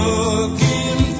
looking